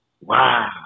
Wow